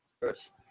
first